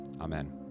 Amen